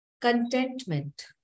contentment